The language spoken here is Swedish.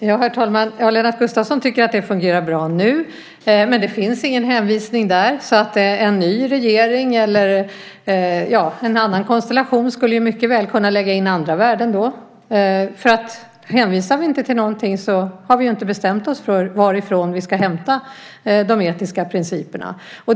Herr talman! Lennart Gustavsson tycker att det fungerar bra nu, men det finns ingen hänvisning där. En ny regering eller en annan konstellation skulle mycket väl kunna lägga in andra värden. Hänvisar vi inte till något har vi ju inte bestämt oss för varifrån vi ska hämta de etiska principerna.